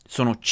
Sono